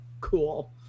cool